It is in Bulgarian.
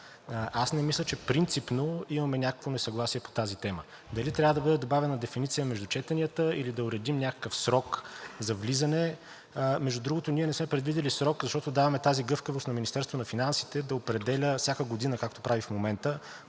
Аз не мисля, че принципно имаме някакво несъгласие по тази тема. Дали трябва да бъде добавена дефиниция между четенията, или да уредим някакъв срок за влизане? Между другото, ние не сме предвидили и срок, защото даваме тази гъвкавост на Министерството на финансите да определя всяка година, както прави в момента,